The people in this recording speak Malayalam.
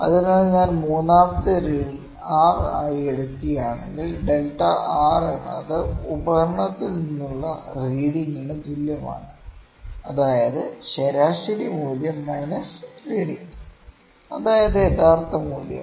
അതിനാൽ ഞാൻ മൂന്നാമത്തെ റീഡിങ് r ആയി എടുക്കുകയാണെങ്കിൽ ഡെൽറ്റ R എന്നത് ഉപകരണത്തിൽ നിന്നുള്ള റീഡിങ്ന് തുല്യമാണ് അതായത് ശരാശരി മൂല്യം മൈനസ് റീഡിങ് അതായത് യഥാർത്ഥ മൂല്യം